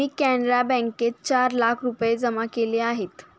मी कॅनरा बँकेत चार लाख रुपये जमा केले आहेत